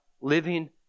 living